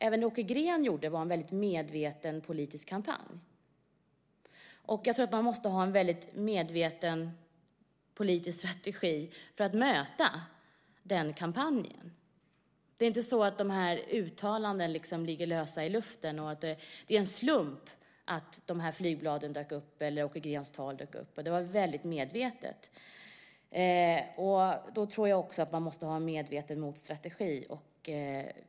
Även det Åke Green gjorde var en väldigt medveten politisk kampanj. Man måste ha en väldigt medveten politisk strategi för att möta den kampanjen. Det är inte så att dessa uttalanden ligger lösa i luften och att det är en slump att flygbladen dök upp eller att Åke Greens tal dök upp. Det var väldigt medvetet. Då tror jag också att man måste ha en medveten motstrategi.